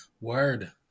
Word